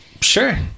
Sure